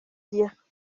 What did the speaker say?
dire